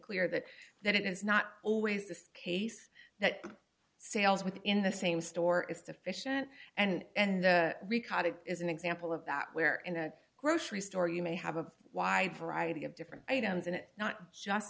clear that that it is not always the case that sales within the same store is deficient and riccati is an example of that where in a grocery store you may have a wide variety of different items and not just